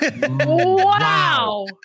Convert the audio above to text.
Wow